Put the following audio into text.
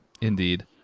indeed